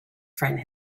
friend